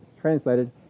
translated